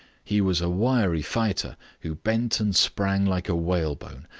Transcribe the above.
he was a wiry fighter, who bent and sprang like a whalebone,